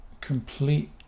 complete